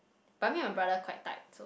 but me and my brother quite tight so